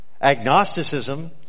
Agnosticism